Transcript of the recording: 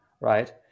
right